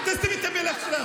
תסתמי את הפה שלך עכשיו.